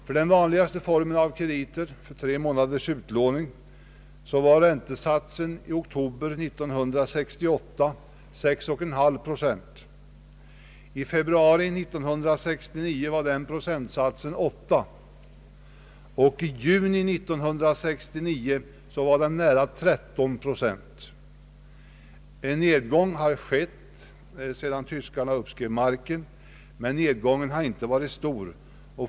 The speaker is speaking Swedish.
För den vanligaste formen av kredit — tre månaders utlåning — var i ok tober 1968 räntesatsen 6,5 procent, i februari 1969 var den 8 procent och i juni 1969 var den uppe i nära 13 procent. En nedgång har skett sedan Västtyskland uppskrev marken, men den har inte varit stor.